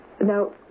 Now